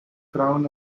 crown